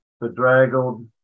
bedraggled